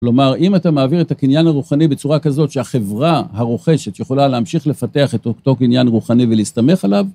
כלומר, אם אתה מעביר את הקניין הרוחני בצורה כזאת, שהחברה הרוכשת יכולה להמשיך לפתח את אותו קניין רוחני ולהסתמך עליו,